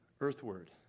earthward